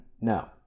No